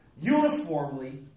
uniformly